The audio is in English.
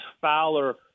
Fowler